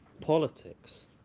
politics